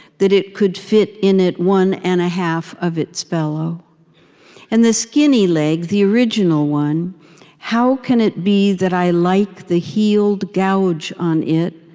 that it could fit in it one and a half of its fellow and the skinny leg, the original one how can it be that i like the healed gouge on it,